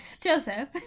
Joseph